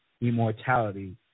immortality